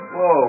Whoa